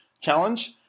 challenge